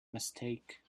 mistake